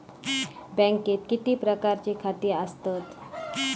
बँकेत किती प्रकारची खाती आसतात?